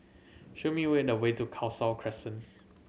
show me way the way to Khalsa Crescent